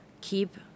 keep